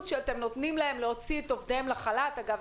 שאתם נותנים להם להוציא את עובדיהם לחל"ת אגב,